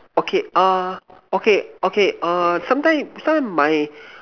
okay err okay okay err sometime sometime my